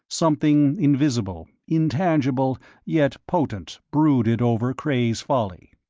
something invisible, intangible yet potent, brooded over cray's folly.